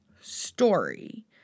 story